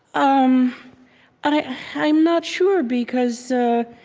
um i am not sure, because so